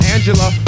Angela